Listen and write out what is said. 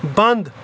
بنٛد